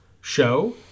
show